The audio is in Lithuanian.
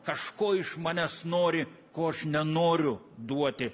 kažko iš manęs nori ko aš nenoriu duoti